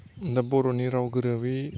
दा बर'नि राव गोरोबै